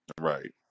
Right